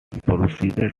proceeded